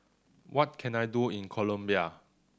what can I do in Colombia